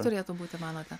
turėtų būti manote